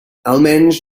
almenys